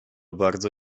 bardzo